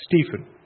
Stephen